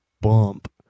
bump